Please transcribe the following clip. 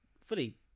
fully